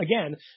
again